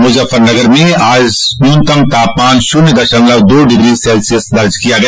मुजफ्फरनगर में आज न्यूनतम तापमान शून्य दशमलव दो डिग्री सेल्सियस दर्ज किया गया